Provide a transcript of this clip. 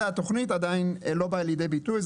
זו התכנית אבל זה עדין לא בא לידי ביטוי,